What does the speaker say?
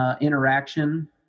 interaction